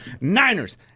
niners